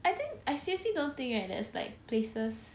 I think I seriously don't think right there's like places